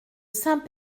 saint